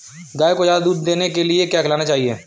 गाय को ज्यादा दूध देने के लिए क्या खिलाना चाहिए?